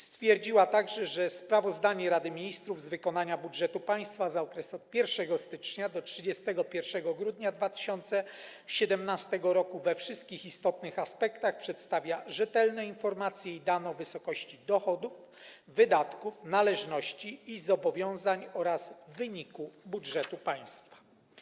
Stwierdziła także, że sprawozdanie Rady Ministrów z wykonania budżetu państwa za okres od 1 stycznia do 31 grudnia 2017 r. we wszystkich istotnych aspektach przedstawia rzetelne informacje i dane o wysokości dochodów, wydatków, należności i zobowiązań oraz wyniku budżetu państwa.